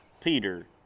Peter